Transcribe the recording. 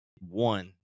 one